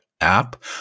app